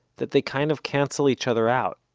that they kind of cancel each other out.